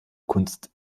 kunst